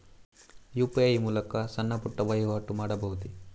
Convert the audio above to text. UPI ಮೂಲಕ ಸಣ್ಣ ಪುಟ್ಟ ವಹಿವಾಟು ಮಾಡಬಹುದೇ?